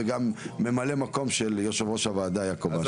וגם ממלא מקום של יושב ראש הוועדה יעקב אשר.